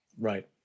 right